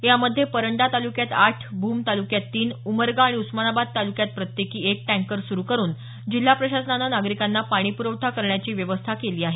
यामध्ये परंडा तालुक्यात आठ भूम तालुक्यात तीन उमरगा आणि उस्मानाबाद तालुक्यात प्रत्येकी एक टँकर सुरु करून जिल्हा प्रशासनानं नागरिकांना पाणीपुरवठा करण्याची व्यवस्था केली आहे